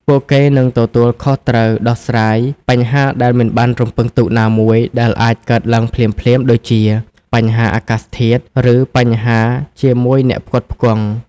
ពួកគេនឹងទទួលខុសត្រូវដោះស្រាយ បញ្ហាដែលមិនបានរំពឹងទុក ណាមួយដែលអាចកើតឡើងភ្លាមៗ ដូចជា បញ្ហាអាកាសធាតុ ឬបញ្ហាជាមួយអ្នកផ្គត់ផ្គង់។